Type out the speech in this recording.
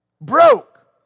broke